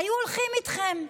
היו הולכים איתכם.